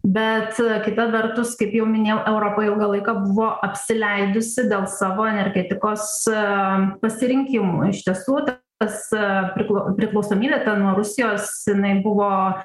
bet kita vertus kaip jau minėjau europa ilgą laiką buvo apsileidusi dėl savo energetikos e pasirinkimų iš tiesų tas a piklau priklausomybė nuo rusijos jinai buvo